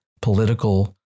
political